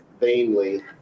vainly